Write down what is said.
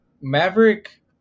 Maverick